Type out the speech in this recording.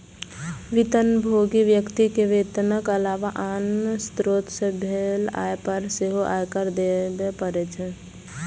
वेतनभोगी व्यक्ति कें वेतनक अलावा आन स्रोत सं भेल आय पर सेहो आयकर देबे पड़ै छै